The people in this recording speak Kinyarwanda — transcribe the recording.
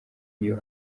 iyo